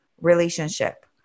relationship